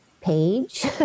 page